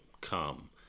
come